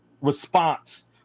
response